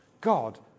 God